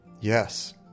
Yes